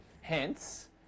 hence